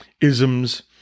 isms